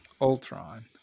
Ultron